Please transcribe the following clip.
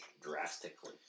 drastically